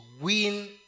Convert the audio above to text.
win